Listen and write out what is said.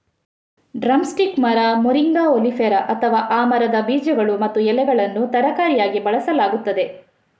drum stick ಮರ, moringa oleifera, ಅಥವಾ ಆ ಮರದ ಬೀಜಗಳು ಮತ್ತು ಎಲೆಗಳನ್ನು ತರಕಾರಿಯಾಗಿ ಬಳಸಲಾಗುತ್ತದೆ